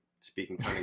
speaking